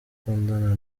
akundana